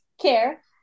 care